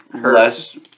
less